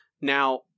Now